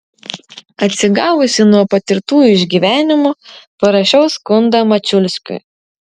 atsigavusi nuo patirtų išgyvenimų parašiau skundą mačiulskiui